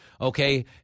okay